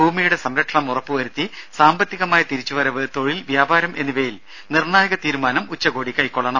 ഭൂമിയുടെ സംരക്ഷണം ഉറപ്പു വരുത്തി സാമ്പത്തികമായ തിരിച്ചു വരവ് തൊഴിൽ വ്യാപാരം എന്നിവയിൽ നിർണായക തീരുമാനം ഉച്ചകോടി കൈക്കൊള്ളണം